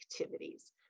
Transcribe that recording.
activities